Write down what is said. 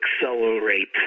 accelerate